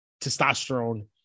testosterone